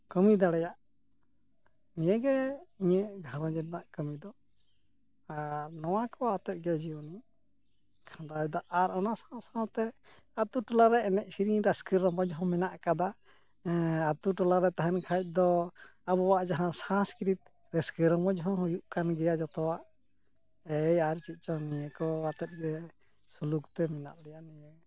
ᱠᱟᱹᱢᱤ ᱫᱟᱲᱮᱭᱟᱜ ᱱᱤᱭᱟᱹᱜᱮ ᱤᱧᱟᱹᱜ ᱜᱷᱟᱸᱨᱚᱡ ᱨᱮᱱᱟᱜ ᱠᱟᱹᱢᱤ ᱫᱚ ᱟᱨ ᱱᱚᱣᱟ ᱠᱚ ᱟᱛᱮ ᱜᱮ ᱡᱤᱭᱚᱱ ᱵᱚ ᱠᱷᱟᱸᱰᱟᱣᱮᱫᱟ ᱟᱨ ᱚᱱᱟ ᱥᱟᱶ ᱥᱟᱶᱛᱮ ᱟᱹᱛᱩ ᱴᱚᱞᱟ ᱨᱮ ᱮᱱᱮᱡ ᱥᱮᱨᱮᱧ ᱨᱟᱹᱥᱠᱟᱹ ᱨᱚᱢᱚᱡ ᱦᱚᱸ ᱢᱮᱱᱟᱜ ᱠᱟᱫᱟ ᱟᱹᱛᱩ ᱴᱚᱞᱟ ᱨᱮ ᱛᱟᱦᱮᱱ ᱠᱷᱟᱱ ᱫᱚ ᱟᱵᱚᱣᱟᱜ ᱡᱟᱦᱟᱸ ᱥᱟᱝᱥᱠᱨᱤᱛᱤᱠ ᱨᱟᱹᱥᱠᱟᱹ ᱨᱚᱢᱚᱡ ᱦᱚᱸ ᱦᱩᱭᱩᱜ ᱠᱟᱱ ᱜᱮᱭᱟ ᱡᱚᱛᱚᱣᱟᱜ ᱮᱭ ᱟᱨ ᱪᱮᱫ ᱪᱚᱝ ᱱᱤᱭᱟᱹ ᱠᱚᱣᱟᱛᱮᱫ ᱜᱮ ᱥᱩᱞᱩᱠ ᱛᱮ ᱢᱮᱱᱟᱜ ᱞᱮᱭᱟ